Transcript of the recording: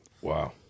Wow